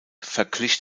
verglich